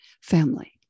family